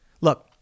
Look